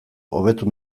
hobetu